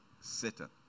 Satan